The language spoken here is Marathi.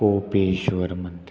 कोपेश्वर मंदिर